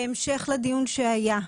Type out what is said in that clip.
בהמשך לדיון שהיה,